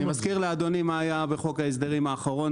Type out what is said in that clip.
אני מזכיר לאדוני מה היה בחוק ההסדרים האחרון,